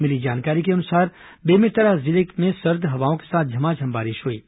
मिली जानकारी के अनुसार बेमेतरा जिले में सर्द हवाओं के साथ झमाझम बारिश हई है